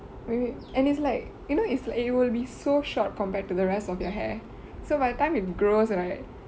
and it's like you know it's like you know it will be so short compared to the rest of your hair so by the time it grows right